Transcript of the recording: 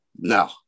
No